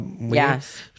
Yes